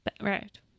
Right